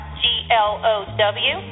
glow